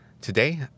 today